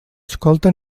escolta